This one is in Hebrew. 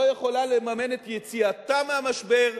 לא יכולה לממן את יציאתה מהמשבר.